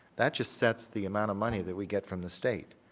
that just sets the amount of money that we get from the state.